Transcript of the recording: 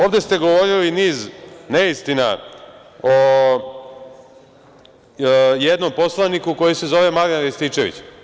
Ovde ste govorili niz neistina o jednom poslaniku, koji se zove Marijan Rističević.